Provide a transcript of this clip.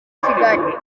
kigali